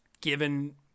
given